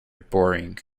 boring